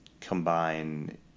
combine